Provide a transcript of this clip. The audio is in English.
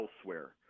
elsewhere